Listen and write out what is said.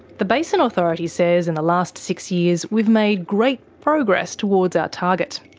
the basin authority says in the last six years we've made great progress towards our target.